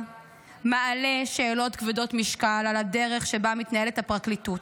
מעלה שאלות כבדות משקל על הדרך שבה מתנהלת הפרקליטות.